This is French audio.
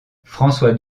françois